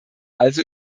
also